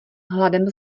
hladem